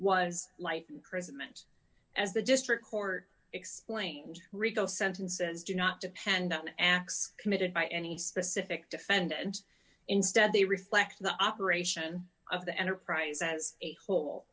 imprisonment as the district court explained rico sentences do not depend on acts committed by any specific defendant instead they reflect the operation of the enterprise as a whole